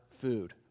food